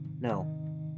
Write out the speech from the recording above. no